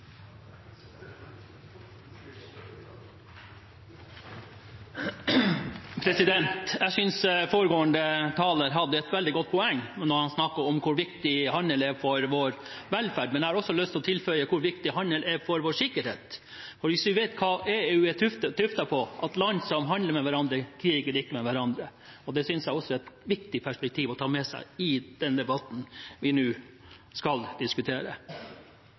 hadde et veldig godt poeng da han snakket om hvor viktig handel er for vår velferd. Jeg har lyst til å tilføye hvor viktig handel er for vår sikkerhet. Når vi vet hva EU er tuftet på – at land som handler med hverandre, ikke kriger med hverandre – synes jeg det også er et viktig perspektiv å ta med seg i den debatten vi